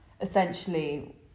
Essentially